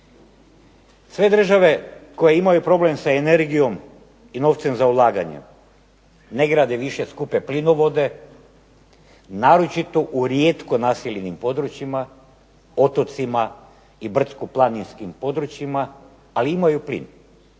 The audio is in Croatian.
sve države koje imaju problem sa energijom i novcem za ulaganje, ne grade više skupe plinovode naročito u rijetko naseljenim područjima, otocima i brdsko planinskim područjima, ali imaju plin